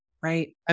Right